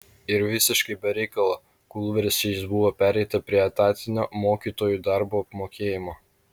ir visiškai be reikalo kūlversčiais buvo pereita prie etatinio mokytojų darbo apmokėjimo